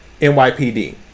NYPD